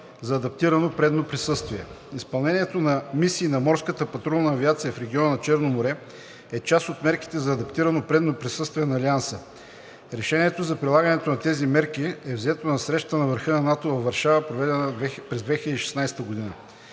за адаптирано предно присъствие. Изпълнението на мисии на Морската патрулна авиация в региона на Черно море е част от мерките за адаптирано предно присъствие на Алианса. Решението за прилагането на тези мерки е взето на Срещата на върха на НАТО във Варшава, проведена през 2016 г.